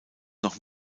noch